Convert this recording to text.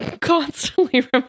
constantly